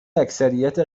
اکثریت